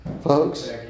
Folks